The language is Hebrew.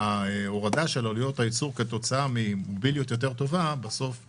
ההורדה של עלויות הייצור כתוצאה ממוביליות יותר טובה תתגלגל בסוף ללקוח.